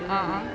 ah ah